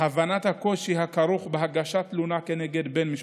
הבנת הקושי הכרוך בהגשת תלונה כנגד בן משפחה,